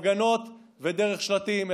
ולא עושים את זה דרך הפגנות ודרך שלטים,